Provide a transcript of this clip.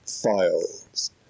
files